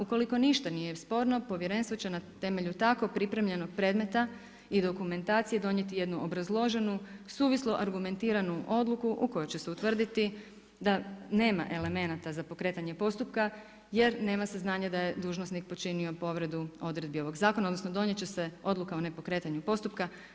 Ukoliko ništa nije sporno, povjerenstvo će na temelju tako pripremljenog predmeta i dokumentacije donijeti jednu obrazloženu, suvislu, argumentiranu odluku u kojoj će se utvrditi da nema elemenata za pokretanje postupka jer nema saznanja da je dužnosnik počinio odredbu odredbi ovog zakona odnosno donijeti će se odluka o nepokretanju postupka.